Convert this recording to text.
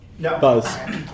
Buzz